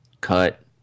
cut